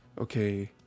okay